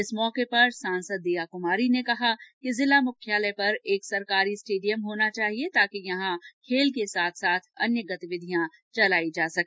इस मौके पर सांसद दीयाकुमारी ने कहा कि जिला मुख्यालय पर एक सरकारी स्टेडियम होना चाहिये ताकि यहां खेल के साथ साथ अन्य गतिविधियॉ चलाई जा सके